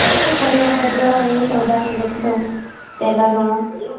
ସବୁ ପରିବା ପତ୍ର ଏ ସଉଦା ଯେତେ ସବୁ ତେଲ ଲୁଣ